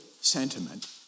sentiment